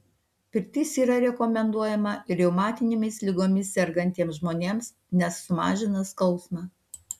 pirtis yra rekomenduojama ir reumatinėmis ligomis sergantiems žmonėms nes sumažina skausmą